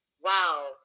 wow